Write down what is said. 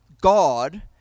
god